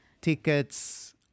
tickets